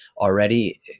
already